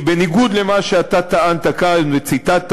כי בניגוד למה שאתה טענת כאן וציטטת,